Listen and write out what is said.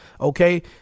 okay